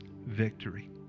victory